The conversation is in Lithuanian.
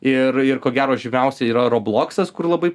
ir ir ko gero žymiausia yra robloksas kur labai